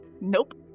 Nope